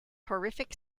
horrific